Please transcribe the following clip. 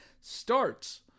starts